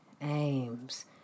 aims